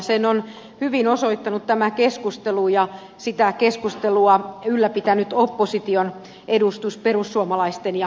sen on hyvin osoittanut tämä keskustelu ja sitä keskustelua ylläpitänyt opposition edustus perussuomalaisten ja keskustan taholta